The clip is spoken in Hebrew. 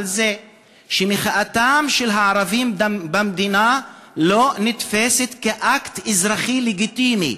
על זה שמחאתם של הערבים במדינה לא נתפסת כאקט אזרחי לגיטימי,